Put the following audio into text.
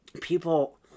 people